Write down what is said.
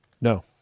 no